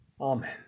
Amen